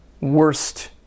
worst